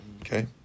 Okay